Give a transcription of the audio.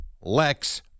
Lex